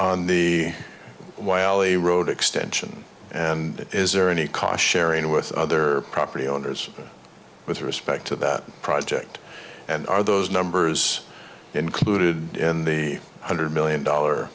on the wiley road extension and is there any cost sharing with other property owners with respect to that project and are those numbers included in the hundred million dollar